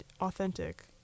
authentic